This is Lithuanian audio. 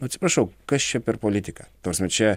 atsiprašau kas čia per politika ta prasme čia